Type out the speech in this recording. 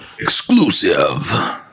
Exclusive